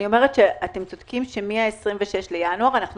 אני אומר שאתם צודקים שמה-26 בינואר אנחנו